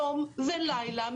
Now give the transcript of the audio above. יום ולילה,